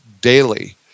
daily